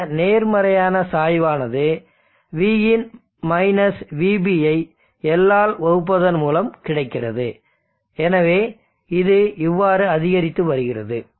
அந்த நேர்மறையான சாய்வானது vin vB ஐ L ஆல் வகுப்பதன் மூலம் கிடைக்கிறது எனவே இது இவ்வாறு அதிகரித்து வருகிறது